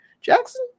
Jackson